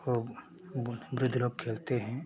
वह वृद्ध लोग खेलते हैं